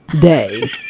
day